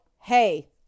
hey